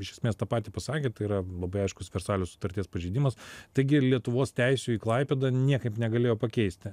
iš esmės tą patį pasakė tai yra labai aiškus versalio sutarties pažeidimas taigi lietuvos teisių į klaipėdą niekaip negalėjo pakeisti